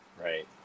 Right